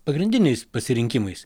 pagrindiniais pasirinkimais